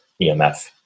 EMF